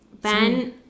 Ben